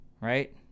right